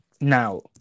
Now